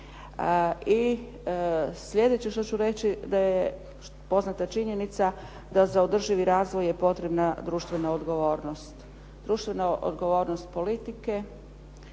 I slijedeće što ću reći da je poznata činjenica da za održivi razvoj je potrebna društvena odgovornost. Društvena odgovornost politike,